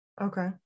Okay